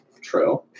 True